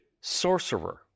sorcerer